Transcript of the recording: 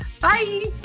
Bye